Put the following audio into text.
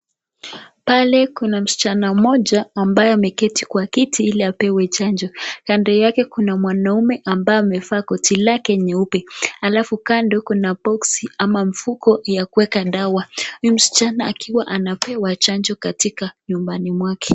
Pale kuna msichana mmoja ambaye ameketi kwa kiti ili apewe chanjo. Kando yake kuna mwanaume ambaye amevaa koti lake nyeupe. Alafu kando kuna boksi ama mfuko ya kuweka dawa. Huyu msichana akiwa anapewa chanjo katika nyumbani mwake.